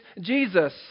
Jesus